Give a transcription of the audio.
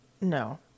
No